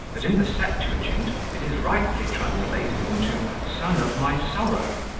that in the septuagint it is rightly translated into son of my sorrow